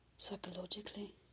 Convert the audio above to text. Psychologically